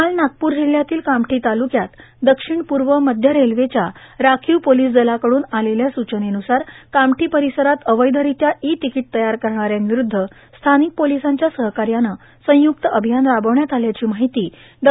काल नागपूर जिल्ह्यातील कामठी तालुक्यात दक्षिण पूर्व मध्य रेल्वेच्या राखीव पोलीस दलाकडून आलेल्या सूचनेवुसार कामठी परिसरात अवैधरित्या ई तिकीट तयार करणाऱ्यांविरूद्ध स्थानिक पोलिसांच्या सहकार्यानं संयुक्त अभियान राबविण्यात आल्याची माहिती द